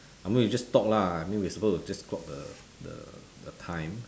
I mean you just talk lah I mean we supposed to just clock the the the time